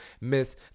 miss